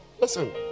Listen